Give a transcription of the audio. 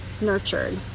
nurtured